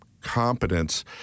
competence